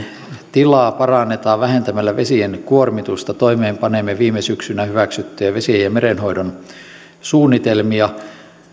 tilaa parannetaan vähentämällä vesien kuormitusta toimeenpanemme viime syksynä hyväksyttyjä vesien ja merenhoidon suunnitelmia